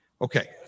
Okay